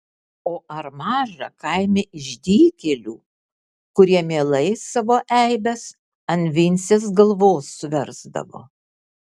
o ar maža kaime išdykėlių kurie mielai savo eibes ant vincės galvos suversdavo